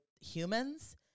humans